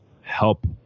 help